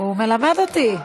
מלמד אותי.